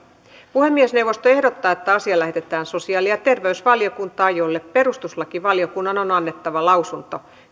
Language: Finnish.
puhemiesneuvosto ehdottaa että asia lähetetään sosiaali ja terveysvaliokuntaan jolle perustuslakivaliokunnan on annettava lausunto